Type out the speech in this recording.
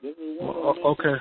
Okay